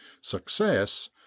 success